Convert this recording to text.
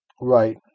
right